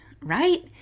right